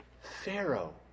Pharaoh